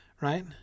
right